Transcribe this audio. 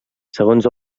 segons